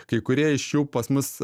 kai kurie iš jų pas mus